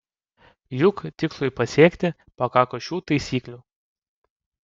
juk tikslui pasiekti pakako šių taisyklių